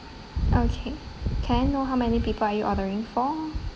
okay can I know how many people you ordering for